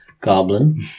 goblin